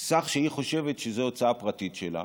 סכום שהיא חושבת שזה הוצאה פרטית שלה,